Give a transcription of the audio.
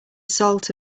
salt